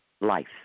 life